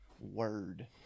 word